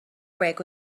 break